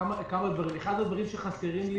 אחד הדברים שחסרים לי